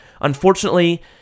Unfortunately